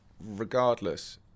Regardless